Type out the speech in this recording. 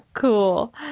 Cool